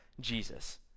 Jesus